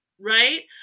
right